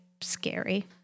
scary